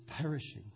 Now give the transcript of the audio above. perishing